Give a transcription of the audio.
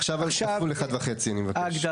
עכשיו כפול אחד וחצי אני מבקש.